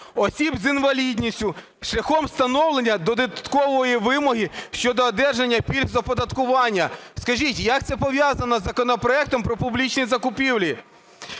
осіб з інвалідністю шляхом встановлення додаткової вимоги щодо одержання пільг з оподаткування. Скажіть, як це пов'язано із законопроектом про публічні закупівлі?